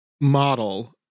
model